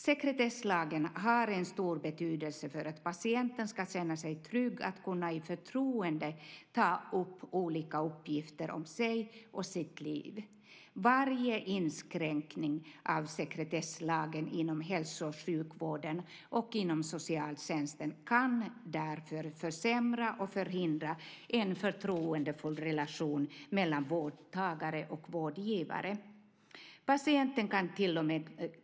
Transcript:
Sekretesslagen har en stor betydelse för att patienten ska känna sig trygg att i förtroende kunna ta upp olika uppgifter om sig och sitt liv. Varje inskränkning av sekretesslagen inom hälso och sjukvården och inom socialtjänsten kan därför försämra och förhindra en förtroendefull relation mellan vårdtagare och vårdgivare.